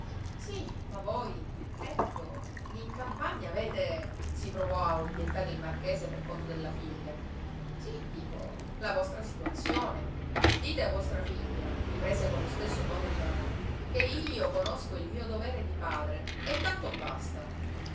sí ma voi ecco lí in campagna avete si provò a obbiettare il marchese per conto della figlia sí dico la vostra situazione dite a vostra figlia riprese con lo stesso tono il barone che io conosco il mio dovere di padre e tanto basta